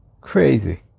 crazy